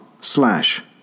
slash